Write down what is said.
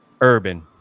urban